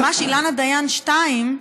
ממש "אילנה דיין 2"